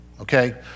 okay